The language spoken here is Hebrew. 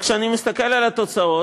רק שכשאני מסתכל על התוצאות